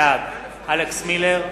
בעד אלכס מילר,